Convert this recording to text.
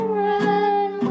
run